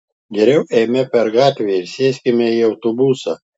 geriau eime per gatvę ir sėskime į autobusą